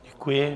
Děkuji.